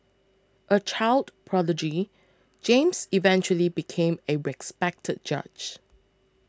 a child prodigy James eventually became a respected judge